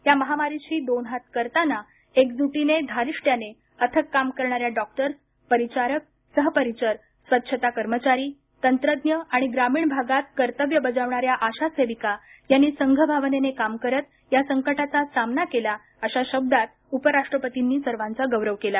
या महामारीशी दोन हात करताना एकजुटीने धारिष्ट्याने अथक काम करणाऱ्या डॉक्टर्स परिचारक सहपरिचर स्वच्छता कर्मचारी तंत्रज्ञ आणि ग्रामीण भागात कर्तव्य बजावणाऱ्या आशा सेविका यांनी संघ भावनेने काम करत या संकटाचा सामना केला अशा शब्दांत उपराष्ट्रपतींनी सर्वांचा गौरव केला